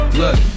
look